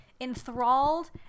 enthralled